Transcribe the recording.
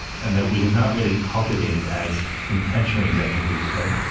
and that we have not really cultivated as intentionally as i think we could.